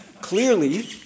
clearly